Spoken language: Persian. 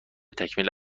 تکمیل